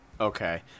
Okay